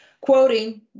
Quoting